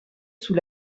sous